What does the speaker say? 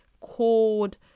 called